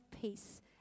peace